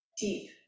deep